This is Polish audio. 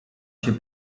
się